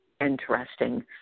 interesting